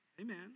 Amen